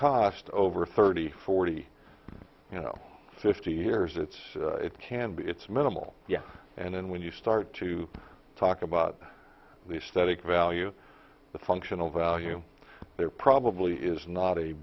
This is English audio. cost over thirty forty you know fifty years it's it can be it's minimal yeah and then when you start to talk about the static value the functional value there probably is not a